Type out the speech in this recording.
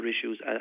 issues